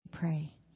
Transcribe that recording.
pray